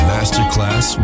Masterclass